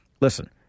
listen